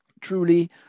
truly